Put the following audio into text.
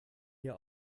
ihr